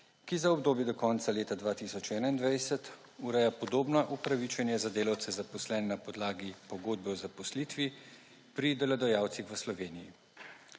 ki za obdobje do konca leta 2021 ureja podobno upravičenje za delavce, zaposlene na podlagi pogodbe o zaposlitvi pri delodajalcih v Sloveniji.